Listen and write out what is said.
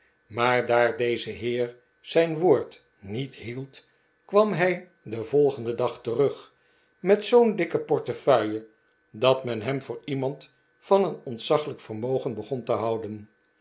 maar daar deze heer zijn woord niet hield kwam hij den volgenden dag terug met zoo'n dikke portefeuille dat men hem voor iemand van een ontzaglijk vermogen begon te houden